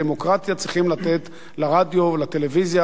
בדמוקרטיה צריכים לתת לרדיו ולטלוויזיה,